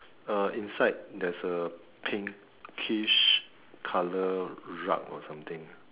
uh inside there's a pinkish colour rug or something